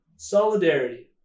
solidarity